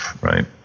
Right